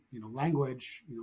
language